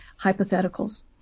hypotheticals